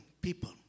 people